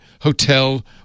hotel